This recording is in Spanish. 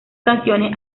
canciones